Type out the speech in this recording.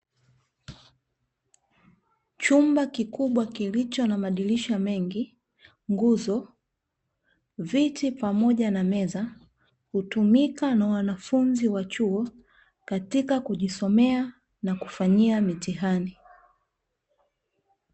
Chumba kikubwa kilicho na madirisha mengi, nguzo, viti, pamoja na meza hutumika na wanafunzi wa chuo katika kujisomea na kufanyia mitihani.